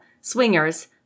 swingers